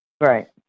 Right